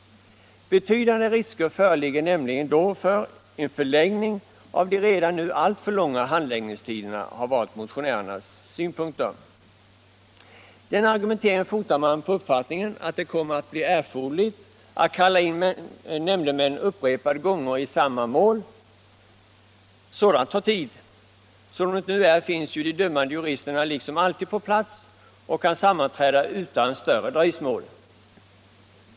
Betydande risker föreligger nämligen då för en förlängning av de redan nu alltför långa handläggningstiderna. Det har varit motionärernas synpunkter. Den argumenteringen fotar man på uppfattningen att det kommer att bli erforderligt att kalla in nämndemännen upprepade gånger i samma mål, och sådant tar tid. Som det nu är finns de dömande juristerna alltid på plats och kan sammanträda utan större dröjsmål.